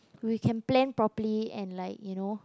we plan properly and like you know